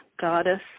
Goddess